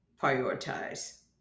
prioritize